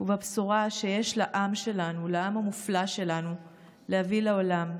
ובבשורה שיש לעם המופלא שלנו להביא לעולם.